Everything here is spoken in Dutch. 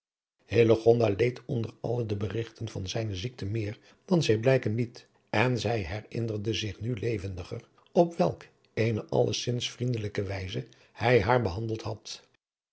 leed onder alle de berigten van zijne ziekte meer dan zij blijken liet en zij herinnerde zich nu levendiger op welk eene allezins vriendelijke wijze hij haar behandeld had